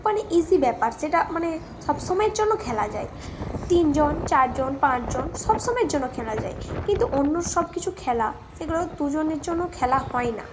মানে ইজি ব্যাপার সেটা মানে সবসময়ের জন্য খেলা যায় তিনজন চারজন পাঁচজন সবসময়ের জন্য খেলা যায় কিন্তু অন্য সব কিছু খেলা সেগুলো দুজনের জন্য খেলা হয় না